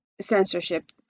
censorship